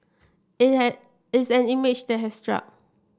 it's an it's an image that has stuck